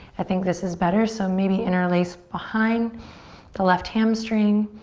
i think this is better. so maybe interlace behind the left hamstring.